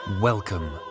Welcome